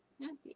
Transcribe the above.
happy